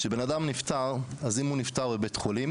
כשבן אדם נפטר, אז אם הוא נפטר בבית חולים